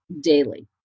daily